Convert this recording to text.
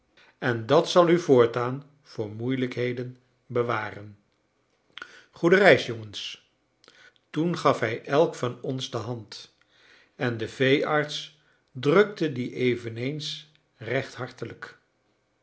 en dat zal u voortaan voor moeilijkheden bewaren goede reis jongens toen gaf hij elk van ons de hand en de veearts drukte die eveneens recht hartelijk